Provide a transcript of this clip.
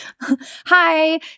Hi